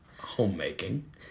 homemaking